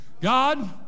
God